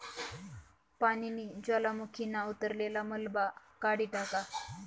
पानीनी ज्वालामुखीना उतरलेल मलबा काढी टाका